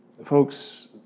Folks